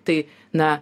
tai na